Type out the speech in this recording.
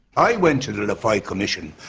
i went to the laffoy commission,